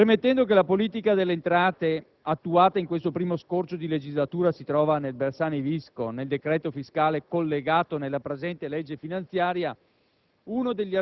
Premettendo che la politica delle entrate attuata in questo primo scorcio di legislatura si trova nel decreto Bersani-Visco, nel decreto fiscale collegato e nella presente legge finanziaria,